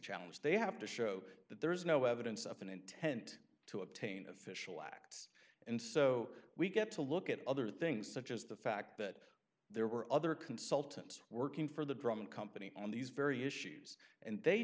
challenge they have to show that there is no evidence of an intent to obtain official acts and so we get to look at other things such as the fact that there were other consultants working for the drum company on these very issues and they